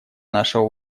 нашего